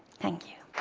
thank you.